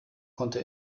konnte